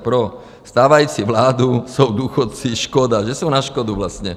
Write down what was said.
Pro stávající vládu jsou důchodci škoda, že jsou na škodu vlastně.